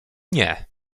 nie